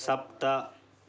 सप्त